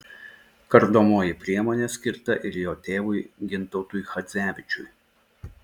kardomoji priemonė skirta ir jo tėvui gintautui chadzevičiui